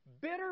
Bitter